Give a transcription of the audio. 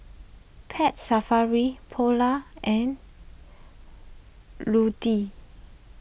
Pet Safari Polar and